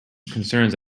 concerns